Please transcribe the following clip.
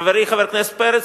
חברי חבר הכנסת פרץ,